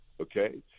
Okay